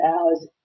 hours